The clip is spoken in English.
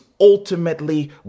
ultimately